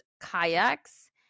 kayaks